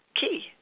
key